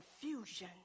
confusion